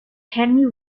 henry